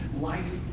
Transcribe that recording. Life